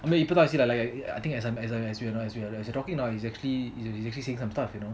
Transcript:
இப்போ தான்:ipo thaan as I'm as I as we are as we are talking now it is actually saying some stuff